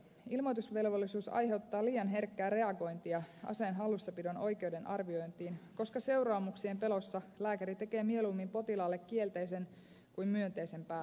ilmoitusvelvollisuus aiheuttaa liian herkkää reagointia aseen hallussapidon oikeuden arviointiin koska seuraamuksien pelossa lääkäri tekee mieluummin potilaalle kielteisen kuin myönteisen päätöksen